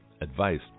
advice